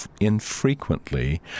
infrequently